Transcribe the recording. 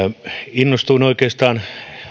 innostuin oikeastaan